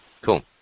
Cool